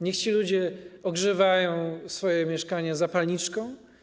Niech ci ludzie ogrzewają swoje mieszkania zapalniczką?